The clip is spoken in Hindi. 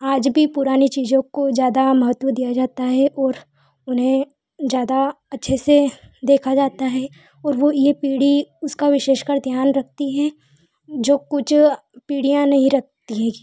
आज भी पुरानी चीज़ों को ज़्यादा महत्त्व दिया जाता है और उन्हें ज़्यादा अच्छे से देखा जाता है और वो ये पीढ़ी उसका विशेषकर ध्यान रखती हैं जो कुछ पीढ़ियाँ नहीं रखती